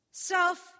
Self